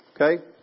Okay